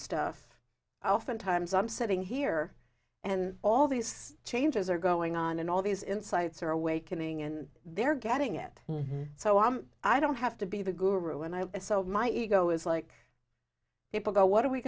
stuff oftentimes i'm sitting here and all these changes are going on and all these insights are awakening and they're getting it so i'm i don't have to be the guru and i so my ego is like people go what are we